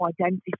identify